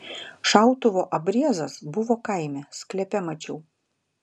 šautuvo abriezas buvo kaime sklepe mačiau